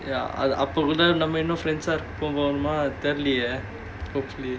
ya அப்போ கூட நம்ம இன்னும்:appo kuda namma innum friends ah இருக்க போறோமா தெரிலயே:irukka poromaa terilayae ah hopefully